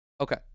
okay